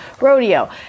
Rodeo